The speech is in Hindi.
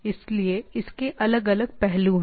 इसलिए इसके अलग अलग पहलू हैं